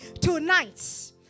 Tonight